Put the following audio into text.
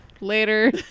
later